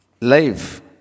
Life